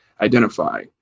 identify